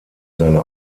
seine